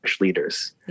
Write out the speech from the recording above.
leaders